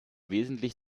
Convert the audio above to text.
wesentlich